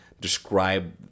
describe